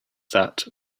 that